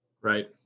Right